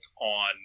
on